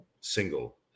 single